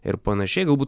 ir panašiai galbūt